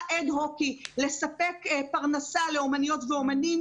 אד-הוקי לספק פרנסה לאומניות ולאומנים.